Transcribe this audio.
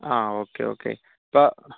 ആ okay okay ഇപ്പം